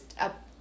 up